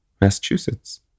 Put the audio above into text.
Massachusetts